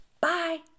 Bye